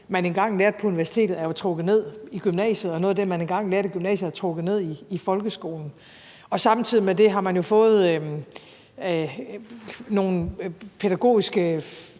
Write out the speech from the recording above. man engang lærte på universitetet, er trukket ned i gymnasiet, og at noget af det, man engang lærte i gymnasiet, er trukket ned i folkeskolen. Og samtidig med det har man jo fået nogle pædagogiske